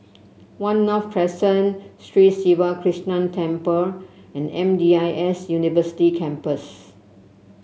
One North Crescent Sri Siva Krishna Temple and M D I S University Campus